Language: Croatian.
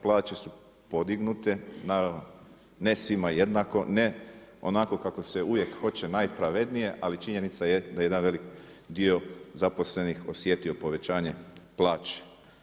Plaće su podignute, naravno ne svima jednako, ne onako kako se uvijek hoće najpravednije ali činjenica je da je jedan velik dio zaposlenih osjetio povećanje plaća.